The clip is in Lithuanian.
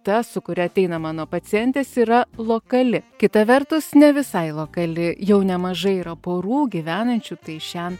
ta su kuria ateina mano pacientės yra lokali kita vertus ne visai lokali jau nemažai yra porų gyvenančių tai šen